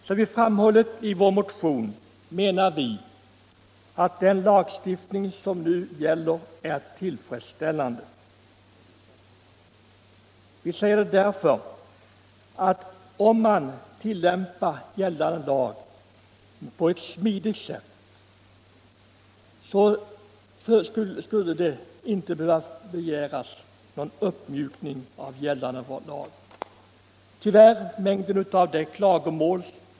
Som vi framhållit i vår motion menar vi att den lagstiftning som nu gäller är tillfredsställande; om gällande lag tillämpades på ett smidigt sätt skulle en uppmjukning av den inte behöva begäras. Men mängden av klagomål.